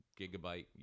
gigabyte